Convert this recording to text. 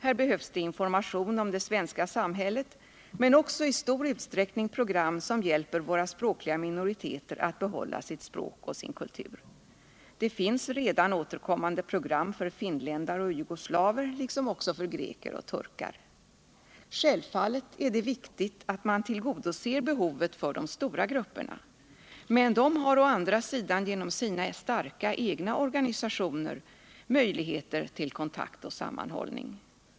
Här behövs det information om det svenska samhället, men också i stor utsträckning program som hjälper våra språkliga minoriteter att behålla sitt språk och sin kultur. Det finns redan återkommande program för finländare och jugoslaver, liksom också för greker och turkar. Självfallet är det viktigt att man tillgodoser behovet för de stora grupperna, men dessa har å andra sidan genom sina starka egna organisationer möjligheter till kontakt och sammanhållning.